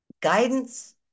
guidance